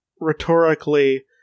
rhetorically